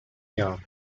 jahr